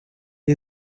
est